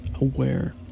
aware